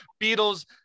Beatles